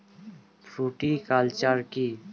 Fruticulture কী?